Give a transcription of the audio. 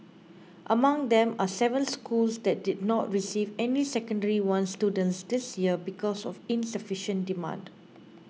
among them are seven schools that did not receive any Secondary One students this year because of insufficient demand